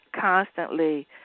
constantly